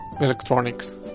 electronics